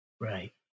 Right